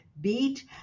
beat